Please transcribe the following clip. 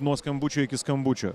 nuo skambučio iki skambučio